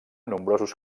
nombrosos